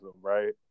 right